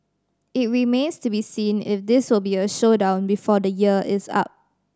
it remains to be seen if this will be a showdown before the year is up